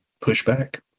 pushback